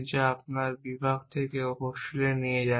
যা আপনি বিভাগ থেকে হোস্টেলে নিয়ে যান